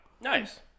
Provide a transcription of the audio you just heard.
Nice